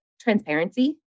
transparency